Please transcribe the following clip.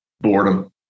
Boredom